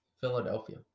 Philadelphia